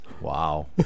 Wow